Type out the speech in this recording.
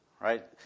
right